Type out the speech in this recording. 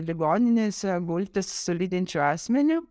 ligoninėse gultis su lydinčiu asmeniu